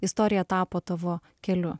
istorija tapo tavo keliu